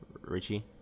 Richie